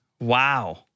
Wow